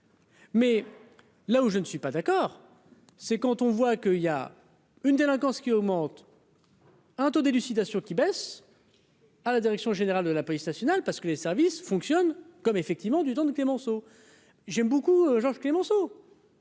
Mais là où je ne suis pas d'accord, c'est quand on voit que, il y a une délinquance qui augmente. Un taux d'élucidation qui baissent à la direction générale de la police. Finale parce que les services fonctionnent comme effectivement du temps de Clémenceau, j'aime beaucoup Georges Clémenceau.